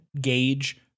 gauge